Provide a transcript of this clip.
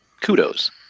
kudos